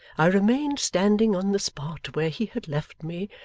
i remained standing on the spot where he had left me,